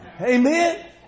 Amen